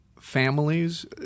families